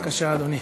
בבקשה, אדוני.